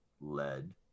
lead